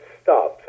stop